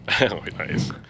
Nice